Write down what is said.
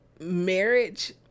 marriage